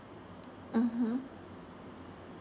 mmhmm